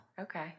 Okay